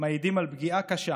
מעידים על פגיעה קשה